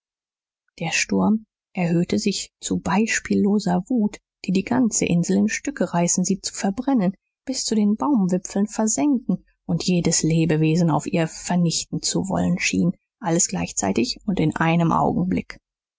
der sturm erhöhte sich zu beispielloser wut die die ganze insel in stücke reißen sie zu verbrennen bis zu den baumwipfeln versenken und jedes lebewesen auf ihr vernichten zu wollen schien alles gleichzeitig und in einem augenblick